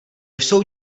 jsou